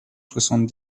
soixante